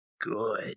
good